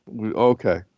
Okay